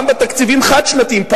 גם בתקציבים חד-שנתיים,